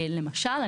למשל,